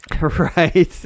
Right